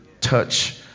touch